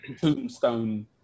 tombstone